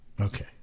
Okay